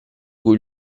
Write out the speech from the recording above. cui